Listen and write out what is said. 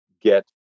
get